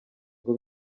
ngo